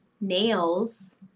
nails